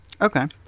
Okay